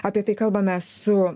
apie tai kalbamės su